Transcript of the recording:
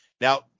Now